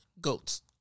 goats